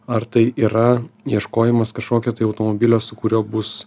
ar tai yra ieškojimas kažkokio tai automobilio su kuriuo bus